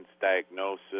diagnosis